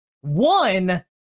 one